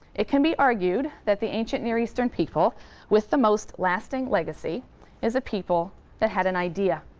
it can be argued that the ancient near eastern people with the most lasting legacy is a people that had an idea.